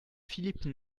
philippe